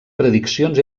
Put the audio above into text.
prediccions